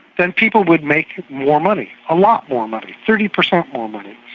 then people would make more money. a lot more money, thirty percent more money.